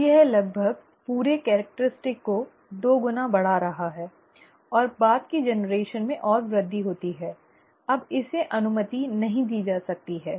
अब यह लगभग पूरी कैरिक्टरिस्टिक को दो गुना बढ़ा रहा है और बाद की पीढ़ी में और वृद्धि होती है अब इसे अनुमति नहीं दी जा सकती है